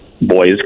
boys